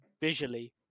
visually